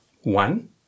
One